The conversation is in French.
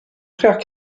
frères